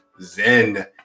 zen